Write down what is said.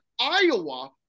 Iowa